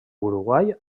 uruguai